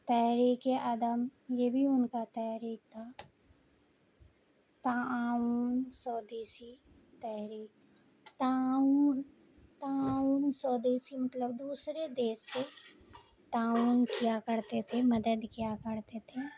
تحریکِ عدم یہ بھی ان کا تحریک تھا تعاون سودیسی تحریک تعاون تعاون سودیسی مطلب دوسرے دیش سے تعاون کیا کرتے تھے مدد کیا کرتے تھے